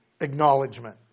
acknowledgement